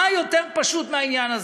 מה יותר פשוט מהעניין הזה?